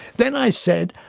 then, i said,